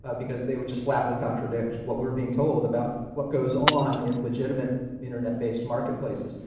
ah because they would just flatly contradict what we're being told about what goes on in legitimate internetbased marketplaces.